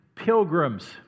pilgrims